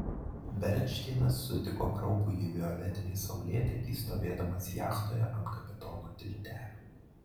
bernšteinas sutiko kraupųjį violetinį saulėtekį stovėdamas jachtoje ant kapitono tiltelio